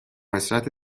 حسرت